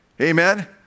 amen